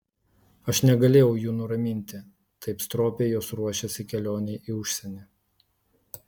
aš negalėjau jų nuraminti taip stropiai jos ruošėsi kelionei į užsienį